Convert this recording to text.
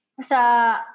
sa